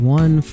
one